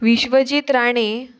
Vishwajit Rane